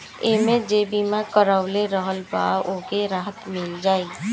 एमे जे बीमा करवले रहल बा ओके राहत मिल जाई